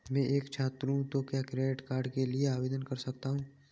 मैं एक छात्र हूँ तो क्या क्रेडिट कार्ड के लिए आवेदन कर सकता हूँ?